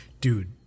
dude